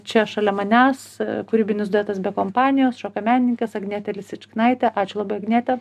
čia šalia manęs kūrybinis duetas be kompanijos šokio menininkės agnietė lisičkinaitė ačiū labai agniete